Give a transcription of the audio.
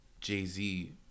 Jay-Z